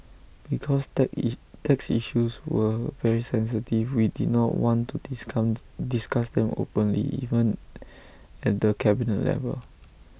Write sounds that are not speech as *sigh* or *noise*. because tax *unintelligible* tax issues were very sensitive we did not want to discount discuss them openly even at the cabinet level